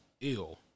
ill